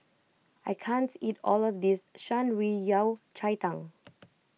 I can't eat all of this Shan Rui Yao Cai Tang